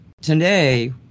today